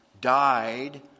died